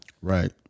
Right